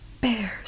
bears